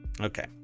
Okay